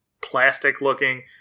plastic-looking